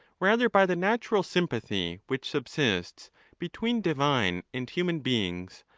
rather by the natural sympathy which subsists between divine and human beings,